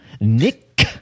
Nick